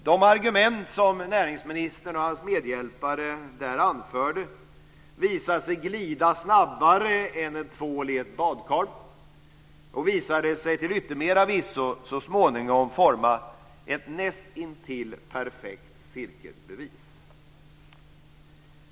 De argument som näringsministern och hans medhjälpare där anförde visade sig glida snabbare än en tvål i ett badkar och visade sig till yttermera visso så småningom forma ett näst intill perfekt cirkelbevis.